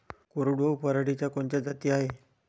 कोरडवाहू पराटीच्या कोनच्या जाती हाये?